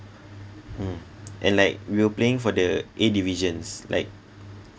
mm and like we were playing for the A divisions like